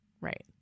right